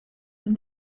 and